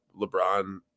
LeBron –